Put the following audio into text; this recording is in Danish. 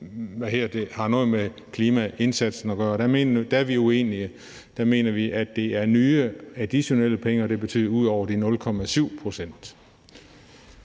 har noget med klimaindsatsen at gøre. Der er vi uenige; der mener vi, at det er nye, additionelle penge, og det betyder, at det